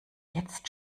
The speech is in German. jetzt